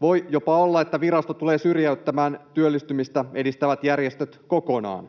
Voi jopa olla, että virasto tulee syrjäyttämään työllistymistä edistävät järjestöt kokonaan.